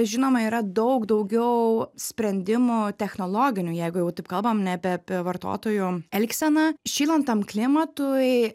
žinoma yra daug daugiau sprendimų technologinių jeigu jau taip kalbam ne apie ap vartotojų elgseną šylant tam klimatui